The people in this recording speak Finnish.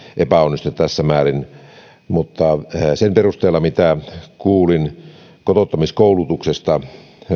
epäonnistua tässä määrin mutta sen perusteella mitä kuulin kotouttamiskoulutuksesta